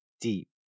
deep